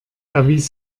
erwies